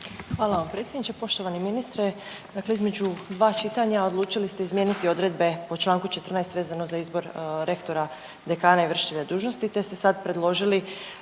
Hvala vam predsjedniče. Poštovani ministre, dakle između dva čitanja odlučili ste izmijeniti odredbe po Članku 14. vezano za izbor rektora dekana i vršitelja dužnosti te ste sad predložili